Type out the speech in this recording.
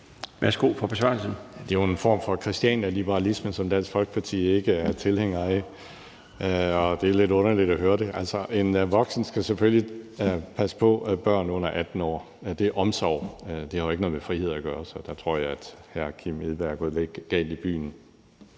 Alex Ahrendtsen (DF): Det er jo en form for Christianialiberalisme, som Dansk Folkeparti ikke er tilhænger af, og det er lidt underligt at høre det. Altså, en voksen skal selvfølgelig passe på børn under 18 år; det er omsorg og har jo ikke noget med frihed at gøre. Så der tror jeg at hr. Kim Edberg Andersen er gået lidt galt i byen.